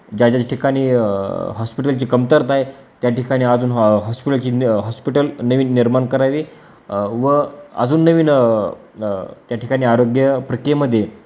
ज्या ज्या ठिकाणी हॉस्पिटलची कमतरता आहे त्या ठिकाणी अजून हॉ हॉस्पिटलची हॉस्पिटल नवीन निर्माण करावे व अजून नवीन त्या ठिकाणी आरोग्य प्रकेमध्ये